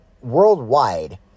worldwide